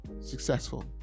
successful